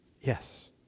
Yes